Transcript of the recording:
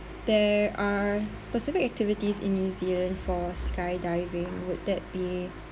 there are specific activities in new zealand for skydiving would that be